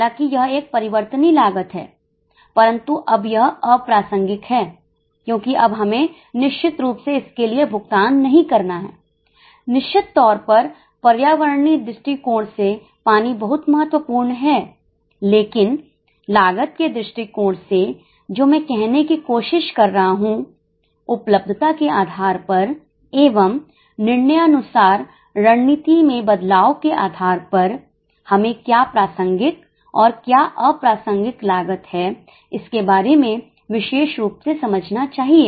हालांकि यह एक परिवर्तनीय लागत है परंतु अब यह अप्रासंगिक है क्योंकि अब हमें निश्चित रूप से इसके लिए भुगतान नहीं करना है निश्चित तौर पर पर्यावरणीय दृष्टिकोण से पानी बहुत महत्वपूर्ण है लेकिन लागत के दृष्टिकोण से जो मैं कहने की कोशिश कर रहा हूं उपलब्धता के आधार पर एवं निर्णयानुसार रणनीति में बदलाव के आधार पर हमें क्या प्रासंगिक और क्या अप्रासंगिक लागत है इसके बारे में विशेष रुप से समझना चाहिए